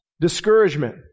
discouragement